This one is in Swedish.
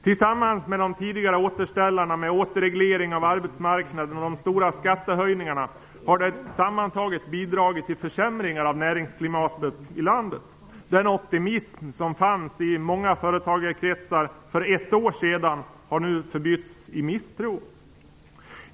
Tillsammans med de tidigare återställarna med återreglering av arbetsmarknaden och de stora skattehöjningarna, har det bidragit till försämringar av näringsklimatet i landet. Den optimism som fanns i många företagarkretsar för ett år sedan har nu förbytts i misstro.